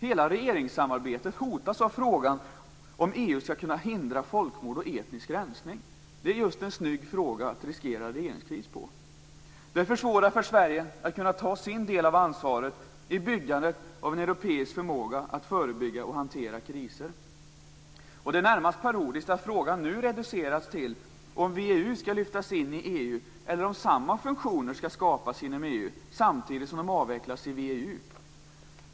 Hela regeringssamarbetet hotas av frågan om EU skall kunna hindra folkmord och etnisk rensning. Det är just en snygg fråga att riskera en regeringskris för. Det här försvårar för Sverige att ta sin del av ansvaret vid byggandet av en europeisk förmåga att förebygga och hantera kriser. Och det är närmast parodiskt att frågan nu har reducerats till att gälla om VEU skall lyftas in i EU eller om samma funktioner skall skapas inom EU samtidigt som de avvecklas i VEU.